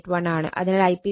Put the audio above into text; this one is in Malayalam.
81 ആണ് അതിനാൽ Ip 6